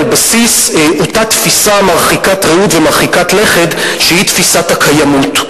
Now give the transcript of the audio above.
בסיס אותה תפיסה מרחיקת ראות ומרחיקת לכת שהיא תפיסת הקיימות.